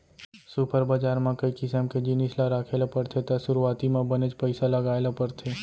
super बजार म कई किसम के जिनिस ल राखे ल परथे त सुरूवाती म बनेच पइसा लगाय ल परथे